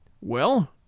Well